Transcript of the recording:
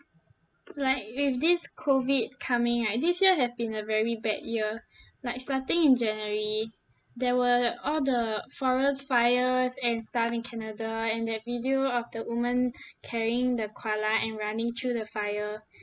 like with this COVID coming right this year have been a very bad year like starting in january there were all the forest fires and stuff in canada and that video of the woman carrying the koala and running through the fire